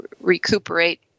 recuperate